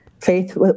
Faith